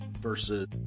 versus